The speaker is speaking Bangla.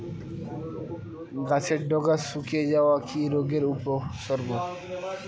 গাছের ডগা শুকিয়ে যাওয়া কি রোগের উপসর্গ?